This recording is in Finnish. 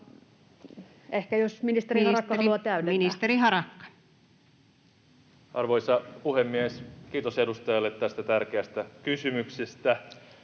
Ehkä ministeri Harakka haluaa täydentää. Ministeri Harakka. Arvoisa puhemies! Kiitos edustajalle tästä tärkeästä kysymyksestä.